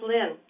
Lynn